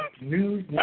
News